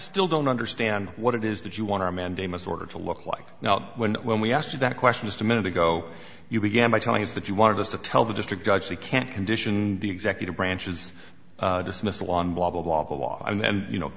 still don't understand what it is that you want our mandamus order to look like now when when we asked that question just a minute ago you began by telling is that you want us to tell the district judge we can't condition the executive branch's dismissal on blah blah blah blah blah and then you know